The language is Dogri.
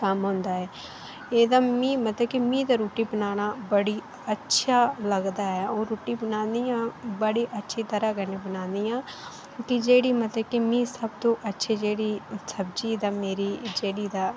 कम्म होंदा ऐ एह्दा मि मतलब मिं रुट्टी बनाना बड़ी अच्छा लगदा ऐ अ'उं रुट्टी बनान्नी आं बड़ी अच्छी तरह् कन्नै बनान्नी आं कि जेह्ड़ी मतलब कि मि सब तूं अच्छी जेह्ड़ी सब्जी तां मेरी जेह्ड़ी तां